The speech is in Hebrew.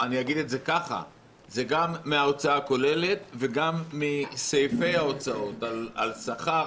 זה גם מן ההוצאה הכוללת וגם מסעיפי ההוצאות על שכר,